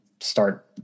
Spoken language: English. start